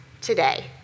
today